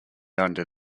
under